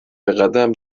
بقدم